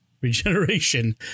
regeneration